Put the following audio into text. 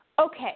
Okay